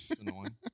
annoying